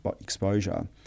exposure